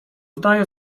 zdaje